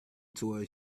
toy